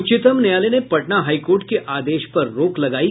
उच्चतम न्यायालय ने पटना हाईकोर्ट के आदेश पर रोक लगायी